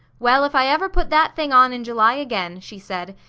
well, if i ever put that thing on in july again, she said,